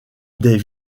des